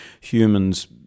humans